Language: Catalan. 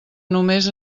només